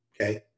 Okay